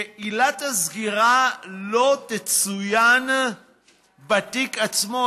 שעילת הסגירה לא תצוין בתיק עצמו,